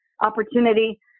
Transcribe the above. opportunity